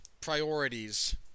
priorities